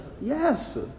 yes